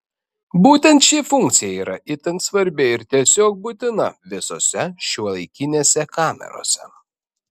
būtent ši funkcija yra itin svarbi ir tiesiog būtina visose šiuolaikinėse kamerose